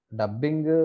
dubbing